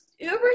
Uber